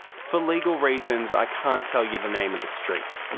for legal reasons i can't tell you the name of the street,